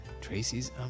Tracy's